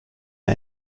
mir